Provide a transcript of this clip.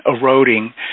eroding